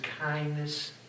kindness